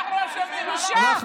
את באה בטענות אלינו, לא הבנתי?